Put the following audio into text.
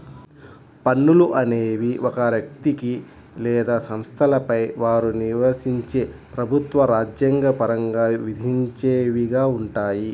పన్నులు అనేవి ఒక వ్యక్తికి లేదా సంస్థలపై వారు నివసించే ప్రభుత్వం రాజ్యాంగ పరంగా విధించేవిగా ఉంటాయి